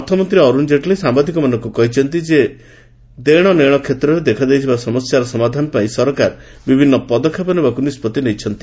ଅର୍ଥମନ୍ତ୍ରୀ ଅର୍ଥଣ ଜେଟଲୀ ସାମ୍ଭାଦିକମାନଙ୍କ କହିଛନ୍ତି ଯେ ଦେଶନେଶ କ୍ଷେତ୍ରରେ ଦେଖାଦେଇଥିବା ସମସ୍ୟାର ସମାଧାନ ପାଇଁ ସରକାର ବିଭିନ୍ନ ପଦକ୍ଷେପ ନେବାକୁ ନିଷ୍କଭି ନେଇଛନ୍ତି